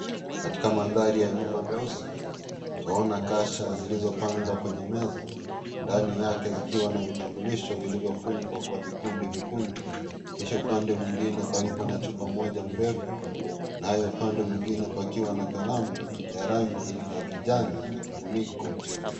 Katika mandhari ya nyuma meusi, tunaona kasha zilizopangwa kwenye meza, ndani yake zikiwa na vitambulisho vilivyofungwa kwa vikundi, vikundi, kisha upande mwingine palipo na upande mmoja mrefu, naye upande mwingine, pakiwa na kalamu ya rangi ya kijani na kifuniko cheupe.